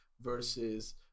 versus